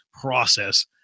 process